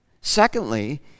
Secondly